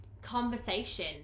conversation